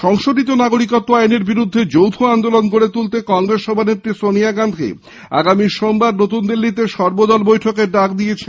সংশোধিত নাগরিকত্ব আইনের বিরুদ্ধে যৌথ আন্দোলন গড়ে তুলতে কংগ্রেস সভানেত্রী সনিয়া গান্ধী আগামী সোমবার দিল্লিতে সর্বদলীয় বৈঠকের ডাক দিয়েছেন